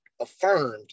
affirmed